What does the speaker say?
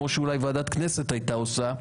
כמו שאולי ועדת כנסת הייתה עושה.